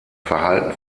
verhalten